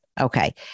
Okay